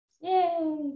Yay